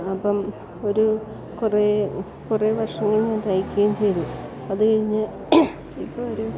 അപ്പം ഒരു കുറേ കുറേ വർഷങ്ങൾ ഞാൻ തയ്ക്കുകയും ചെയ്തു അത് കഴിഞ്ഞു ഇപ്പം ഒരു